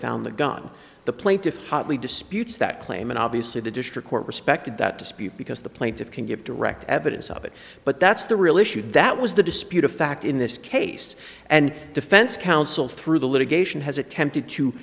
found the gun the plaintiff hotly disputes that claim and obviously the district court respected that dispute because the plaintiffs can give direct evidence of it but that's the real issue that was the disputed fact in this case and defense counsel through the litigation has attempted to